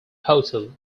hotel